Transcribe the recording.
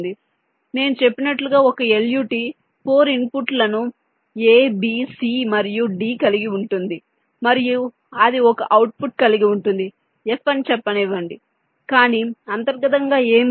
కాబట్టి నేను చెప్పినట్లుగా ఒక LUT 4 ఇన్పుట్లను A B C మరియు D కలిగి ఉంటుంది మరియు అది ఒక అవుట్పుట్ కలిగి ఉంటుంది F అని చెప్పనివ్వండి కాని అంతర్గతంగా ఏమి ఉంది